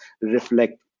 reflect